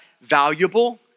valuable